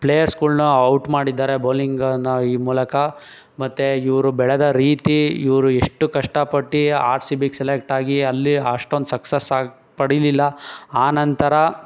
ಪ್ಲೇಯರ್ಸ್ಗಳ್ನೂ out ಮಾಡಿದ್ದಾರೆ ಬೌಲಿಂಗ್ನ ಈ ಮೂಲಕ ಮತ್ತು ಇವರು ಬೆಳೆದ ರೀತಿ ಇವರು ಎಷ್ಟು ಕಷ್ಟಪಟ್ಟು ಆರ್ ಸಿ ಬಿಗೆ ಸೆಲೆಕ್ಟ್ ಆಗಿ ಅಲ್ಲಿ ಅಷ್ಟೊಂದು ಸಕ್ಸಸ್ ಆಗಿ ಪಡೀಲಿಲ್ಲ ಆನಂತರ